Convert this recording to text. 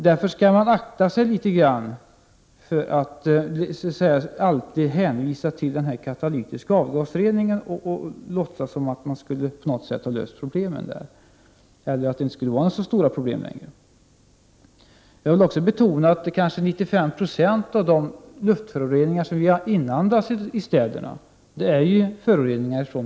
Man skall därför akta sig litet grand för att alltid hänvisa till den katalytiska avgasreningen och låtsas som om man på något sätt skulle ha löst problemen, eller att det inte skulle finnas så stora problem längre. Jag vill också betona att ungefär 95 26 av de luftföroreningar som vi inandas i städerna utgörs av bilavgaser.